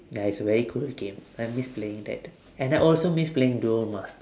ya it's a very cool game and I miss playing that and I also miss playing duel masters